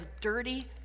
dirty